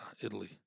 Italy